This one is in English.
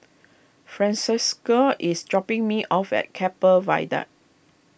Francesca is dropping me off at Keppel Viaduct